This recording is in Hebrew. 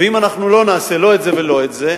ואם אנחנו לא נעשה לא את זה ולא את זה,